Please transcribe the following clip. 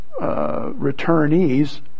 returnees